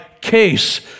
case